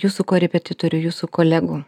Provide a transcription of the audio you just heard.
jūsų korepetitorių jūsų kolegų